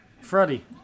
Freddie